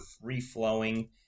free-flowing